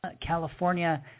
California